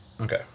Okay